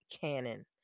Cannon